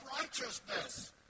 righteousness